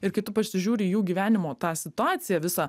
ir kai tu pasižiūri į jų gyvenimo tą situaciją visą